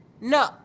No